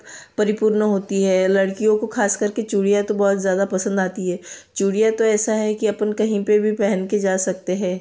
परिपूर्ण होती है लड़कियों को खास करके चूड़ियाँ तो बहुत ज़्यादा पसंद आती है चूड़ियाँ तो ऐसा है कि अपन कहीं पर भी पहन के जा सकते हैं